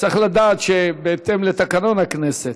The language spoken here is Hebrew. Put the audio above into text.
צריך לדעת שבהתאם לתקנון הכנסת,